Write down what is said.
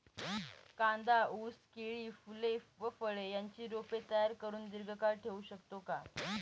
कांदा, ऊस, केळी, फूले व फळे यांची रोपे तयार करुन दिर्घकाळ ठेवू शकतो का?